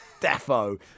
Defo